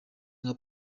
nka